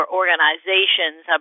organizations